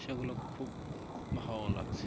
সেগুলো খুব ভালো লাগছে